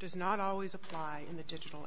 does not always apply in the digital